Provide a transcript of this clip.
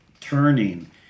turning